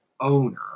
owner